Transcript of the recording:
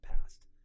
past